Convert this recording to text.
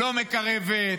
לא מקרבת,